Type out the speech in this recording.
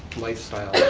lifestyle,